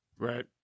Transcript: right